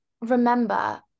remember